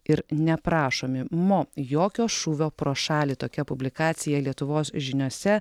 ir neprašomi mo jokio šūvio pro šalį tokia publikacija lietuvos žiniose